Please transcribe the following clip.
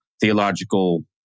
theological